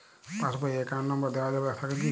Pass বই এ account number দেওয়া থাকে কি?